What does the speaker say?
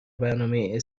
برنامه